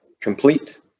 complete